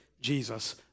Jesus